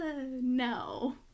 no